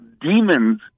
demons